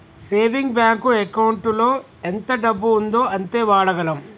saving bank ఎకౌంటులో ఎంత డబ్బు ఉందో అంతే వాడగలం